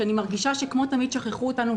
ואני מרגישה שכמו תמיד שכחו אותנו.